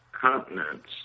continents